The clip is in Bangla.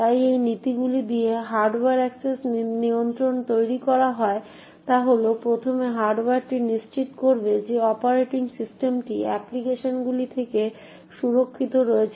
তাই যে নীতিগুলি দিয়ে হার্ডওয়্যার অ্যাক্সেস নিয়ন্ত্রণ তৈরি করা হয় তা হল প্রথমে হার্ডওয়্যারটি নিশ্চিত করবে যে অপারেটিং সিস্টেমটি অ্যাপ্লিকেশনগুলি থেকে সুরক্ষিত রয়েছে